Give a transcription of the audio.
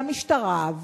והמשטרה,